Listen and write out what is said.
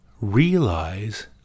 realize